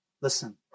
listen